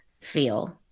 feel